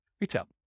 retail